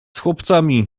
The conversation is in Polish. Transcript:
chłopcami